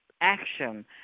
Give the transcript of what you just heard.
action